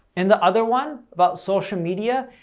in the other one, about social media,